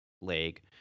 leg